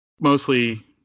mostly